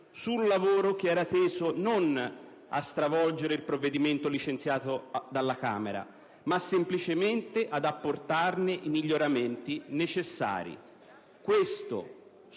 un lavoro che era teso non a stravolgere il provvedimento licenziato dalla Camera, ma semplicemente ad apportare i miglioramenti necessari. Questo,